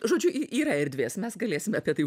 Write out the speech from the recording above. žodžiu yra erdvės mes galėsime apie tai